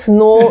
no